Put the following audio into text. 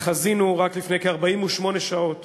ראינו רק לפני כ-48 שעות